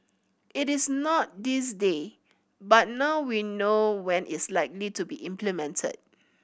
it is not this day but now we know when it's likely to be implemented